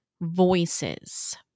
voices